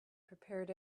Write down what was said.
prepared